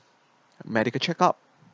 medical checkup